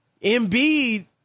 Embiid